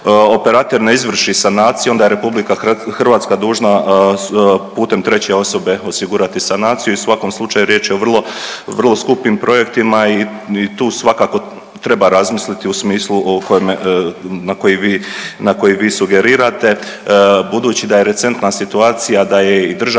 operater ne izvrši sanaciju onda je RH dužna putem treće osobe osigurati sanaciju i u svakom slučaju riječ je o vrlo skupim projektima i tu svakako treba razmisliti u smislu o kojem na koji vi sugerirate. Budući da je recentna situacija da je i Državno